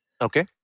Okay